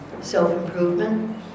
self-improvement